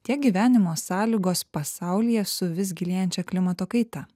tiek gyvenimo sąlygos pasaulyje su vis gilėjančia klimato kaita